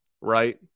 right